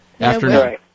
Afternoon